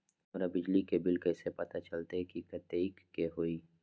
हमर बिजली के बिल कैसे पता चलतै की कतेइक के होई?